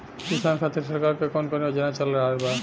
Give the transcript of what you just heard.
किसान खातिर सरकार क कवन कवन योजना चल रहल बा?